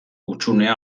hutsunea